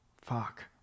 fuck